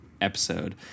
episode